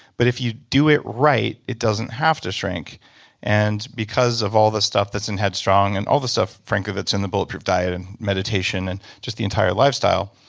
but if you do it right, it doesn't have to shrink and because of all the stuff that's in headstrong and all the stuff frankly that's in the bulletproof diet, and meditation, and just the entire lifestyle,